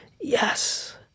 yes